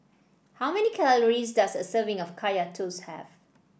how many calories does a serving of Kaya Toast have